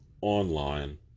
online